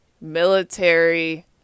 military